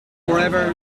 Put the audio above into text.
forever